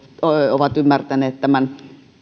ovat ymmärtäneet tämän